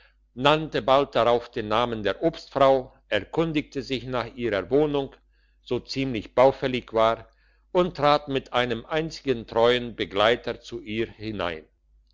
nannte bald darauf den namen der obstfrau erkundigte sich nach ihrer wohnung so ziemlich baufällig war und trat mit einem einzigen treuen begleiter zu ihr hinein